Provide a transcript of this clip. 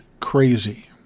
crazy